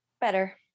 Better